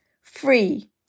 free